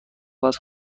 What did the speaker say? عوض